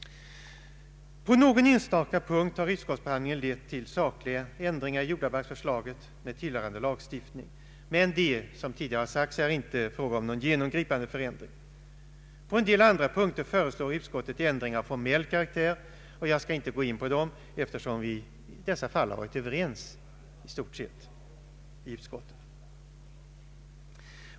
På någon enstaka punkt har utskottsbehandlingen lett till sakliga ändringar i jordabalksförslaget med tillhörande lagstiftning, men det är som tidigare sagts inte fråga om någon genomfgripande förändring. På en del andra punkter föreslår utskottet ändringar av formell karaktär. Jag skall inte gå in på dem, eftersom vi i dessa fall i stort sett varit överens i utskottet.